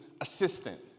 assistant